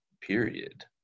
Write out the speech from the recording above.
Period